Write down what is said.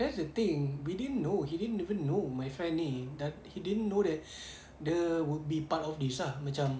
that's the thing we didn't know he didn't even know my friend ni that he didn't know that dia would be part of this ah macam